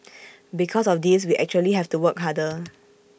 because of this we actually have to work harder